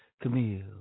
Camille